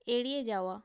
এড়িয়ে যাওয়া